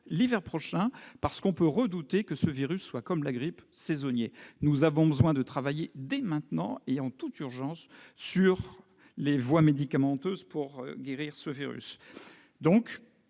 l'hiver prochain, parce qu'on peut redouter que ce virus soit, comme celui de la grippe, saisonnier. Nous devons travailler dès maintenant, et en toute urgence, sur les voies médicamenteuses pour guérir ce virus,